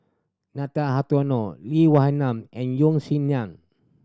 Nathan Hartono Lee Wee Nam and Yeo Song Nian